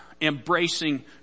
embracing